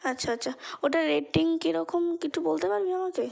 আচ্ছা আচ্ছা ওটার রেটিং কী রকম কি একটু বলতে পারবি আমাকে